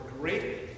greatly